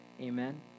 Amen